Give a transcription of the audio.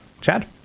Chad